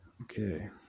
okay